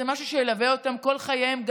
זה משהו שילווה אותם כל חייהם,